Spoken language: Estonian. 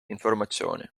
informatsiooni